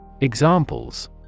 Examples